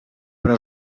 però